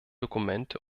dokumente